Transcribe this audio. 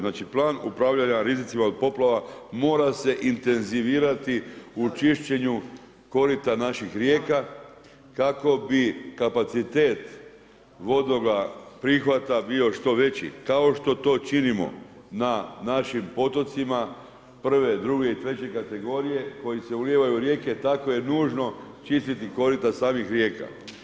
Znači plan upravljanja rizicima od poplava mora se intenzivirati u čišćenju korita naših rijeka kako bi kapacitet vodnog prihvata bio što veći kao što to činimo na našim potocima prve, druge i treće kategorije koji se ulijevaju u rijeke, tako je nužno čistiti korita samih rijeka.